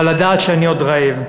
אבל לדעת שאני עוד רעב";